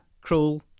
cruel